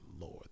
lord